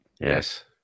Yes